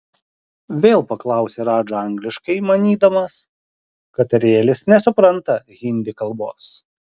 vėl paklausė radža angliškai manydamas kad arielis nesupranta hindi kalbos